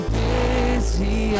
busy